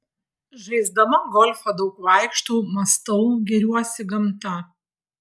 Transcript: žaisdama golfą daug vaikštau mąstau gėriuosi gamta